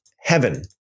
heaven